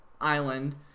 island